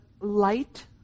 light